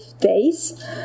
days